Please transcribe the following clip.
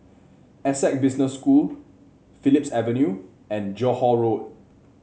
Essec Business School Phillips Avenue and Johore Road